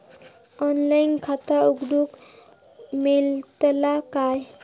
Online खाता उघडूक मेलतला काय?